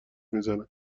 میزنن